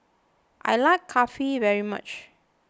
I like Kulfi very much